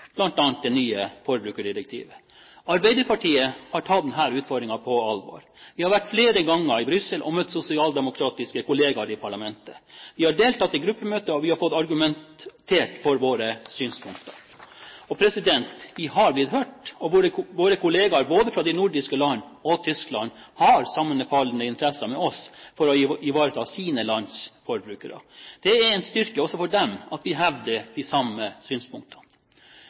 det nye forbrukerdirektivet. Arbeiderpartiet har tatt denne utfordringen på alvor. Vi har flere ganger vært i Brussel og møtt sosialdemokratiske kollegaer i parlamentet. Vi har deltatt i gruppemøter. Vi har fått argumentert for våre synspunkter, og vi har blitt hørt. Våre kollegaer både fra de nordiske landene og fra Tyskland har sammenfallende interesser med oss for å ivareta sine lands forbrukere. Det er en styrke også for dem at vi hevder de samme